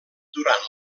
durant